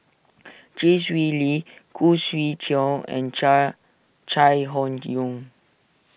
Chee Swee Lee Khoo Swee Chiow and Chai Chai Hon Yoong